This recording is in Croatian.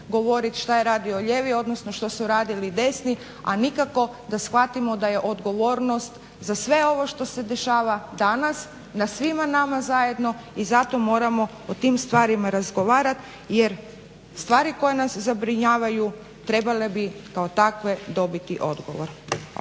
što je radio lijevi, odnosno što su radili desni a nikako da shvatimo da je odgovornost za sve ovo što se dešava danas na svima nama zajedno i zato moramo o tim stvarima razgovarati. Jer stvari koje nas zabrinjavaju trebale bi kao takve dobiti odgovor.